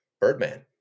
Birdman